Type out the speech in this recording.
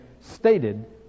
stated